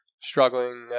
struggling